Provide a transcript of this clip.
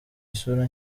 isura